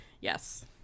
yes